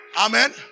amen